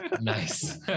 Nice